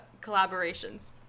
collaborations